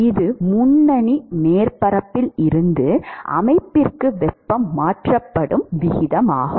இது முன்னணி மேற்பரப்பில் இருந்து அமைப்பிற்கு வெப்பம் மாற்றப்படும் விகிதமாகும்